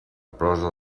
prosa